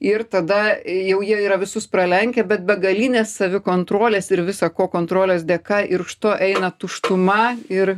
ir tada jau jie yra visus pralenkę bet begalinės savikontrolės ir visa ko kontrolės dėka ir už to eina tuštuma ir